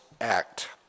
act